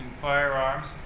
firearms